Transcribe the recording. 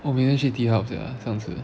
我明天去 T hub sia